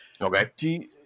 Okay